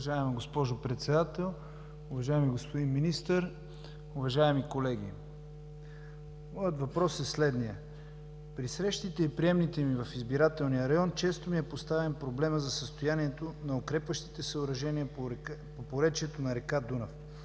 Уважаема госпожо Председател, уважаеми господин Министър, уважаеми колеги! Моят въпрос е следният: при срещите и приемните ми в избирателния район често ми е поставян проблемът за състоянието на укрепващите съоръжения по поречието на река Дунав.